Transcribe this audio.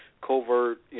covert